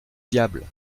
diable